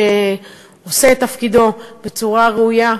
שעושה את תפקידו בצורה ראויה,